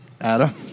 Adam